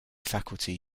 faculty